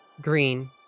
Green